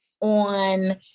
on